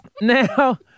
Now